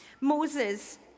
Moses